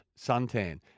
suntan